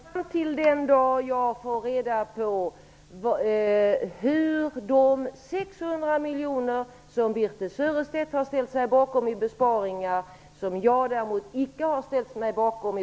Herr talman! Jag kommer naturligtvis att oroa mig fram till den dag jag får reda på varifrån de 600 miljoner i besparingar som Birthe Sörestedt har ställt sig bakom, men som jag däremot icke har ställt mig bakom,